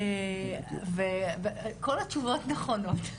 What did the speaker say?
וכל התשובות נכונות.